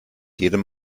jedem